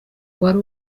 wari